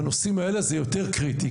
בנושאים האלה זה יותר קריטי,